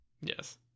Yes